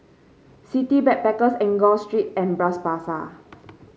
City Backpackers Enggor Street and Bras Basah